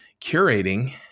curating